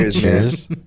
cheers